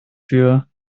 für